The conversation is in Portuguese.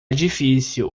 difícil